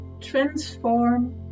transform